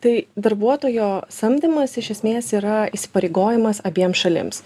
tai darbuotojo samdymas iš esmės yra įsipareigojimas abiems šalims